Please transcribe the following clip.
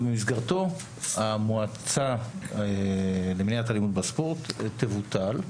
ובמסגרתו המועצה למניעת אלימות בספורט תבוטל,